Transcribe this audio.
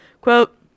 Quote